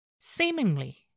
Seemingly